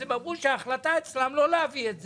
הם אמרו שההחלטה אצלם היא לא להביא את זה.